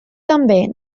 també